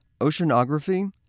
oceanography